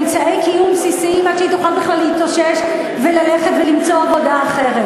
אמצעי קיום בסיסיים עד שהיא תוכל בכלל להתאושש ולמצוא עבודה אחרת,